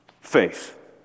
Faith